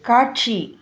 காட்சி